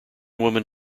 woman